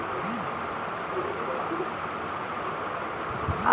Online recurring खाता खुल सकथे का?